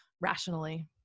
rationally